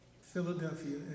Philadelphia